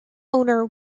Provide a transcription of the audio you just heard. owner